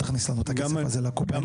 תכניס לנו את הכסף הזה לקופה.